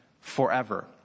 forever